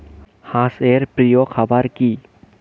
হাঁস এর প্রিয় খাবার কি?